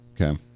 Okay